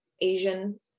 Asian